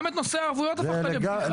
גם את נושא הפכת לבדיחה.